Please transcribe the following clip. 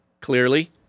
clearly